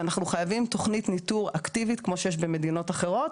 אנחנו חייבים תוכנית ניטור אקטיבית כמו שיש במדינות אחרות,